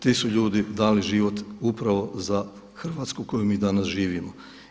Ti su ljudi dali život upravo za Hrvatsku koju mi danas živimo.